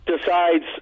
decides